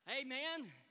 Amen